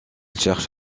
cherche